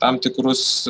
tam tikrus